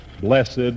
Blessed